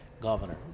governor